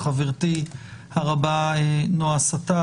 חברתי הרבה נועה סתת,